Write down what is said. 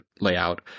layout